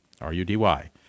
R-U-D-Y